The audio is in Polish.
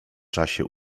czasie